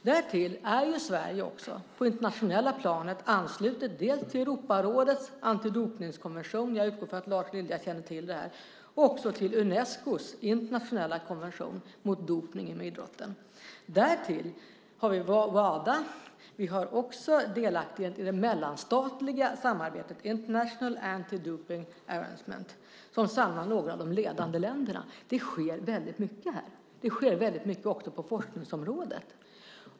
Därtill är Sverige också på det internationella planet anslutet till Europarådets antidopningskommission - jag utgår från att Lars Lilja känner till det här - och till Unescos internationella konvention mot dopning inom idrotten. Dessutom har vi Wada. Vi är också delaktiga i det mellanstatliga samarbetet International Anti-Doping Arrangement som samlar några av de ledande länderna. Det sker alltså väldigt mycket här, också på forskningsområdet.